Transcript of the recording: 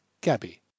gabby